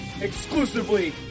exclusively